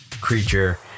creature